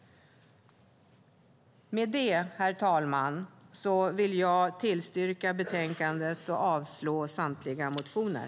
Herr talman! Med detta tillstyrker jag utskottets förslag i betänkandet och yrkar avslag på samtliga motioner.